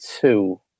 two